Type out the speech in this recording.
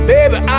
Baby